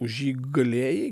už jį galėjai